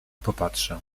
popatrzę